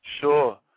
Sure